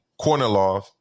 Kornilov